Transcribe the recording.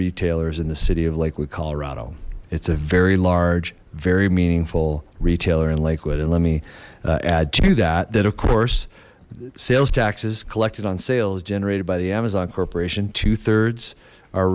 retailers in the city of lakewood colorado it's a very large very meaningful retailer in lakewood and let me add to that that of course sales taxes collected on sales generated by the amazon corporation two thirds are